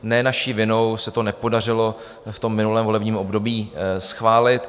Ne naší vinou se to nepodařilo v minulém volebním období schválit.